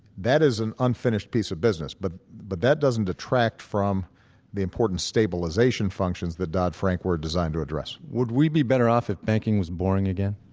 that is an unfinished piece of business, but but that doesn't detract from the important stabilization functions that dodd-frank were designed to address would we be better off if banking was boring again?